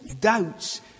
doubts